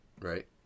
right